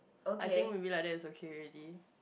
I think will be like that it's okay already